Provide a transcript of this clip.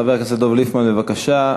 חבר הכנסת דב ליפמן, בבקשה,